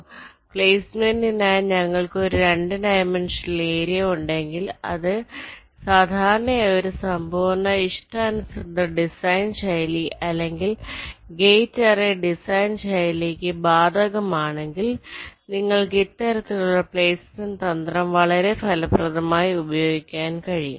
അതിനാൽ പ്ലെയ്സ്മെന്റിനായി ഞങ്ങൾക്ക് ഒരു 2 ഡൈമൻഷണൽ ഏരിയ ഉണ്ടെങ്കിൽ അത് സാധാരണയായി ഒരു സമ്പൂർണ്ണ ഇഷ്ടാനുസൃത ഡിസൈൻ ശൈലി അല്ലെങ്കിൽ ഗേറ്റ് അറേ ഡിസൈൻ ശൈലിക്ക് ബാധകമാണെങ്കിൽ നിങ്ങൾക്ക് ഇത്തരത്തിലുള്ള പ്ലേസ്മെന്റ് തന്ത്രം വളരെ ഫലപ്രദമായി ഉപയോഗിക്കാൻ കഴിയും